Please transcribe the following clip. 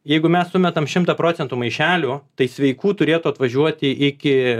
jeigu mes sumetam šimtą procentų maišelių tai sveikų turėtų atvažiuoti iki